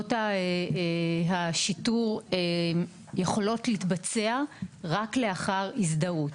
מסמכויות השיטור יכולות להתבצע רק לאחר הזדהות.